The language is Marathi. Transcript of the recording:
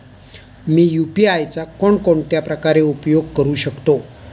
मी यु.पी.आय चा कोणकोणत्या प्रकारे उपयोग करू शकतो?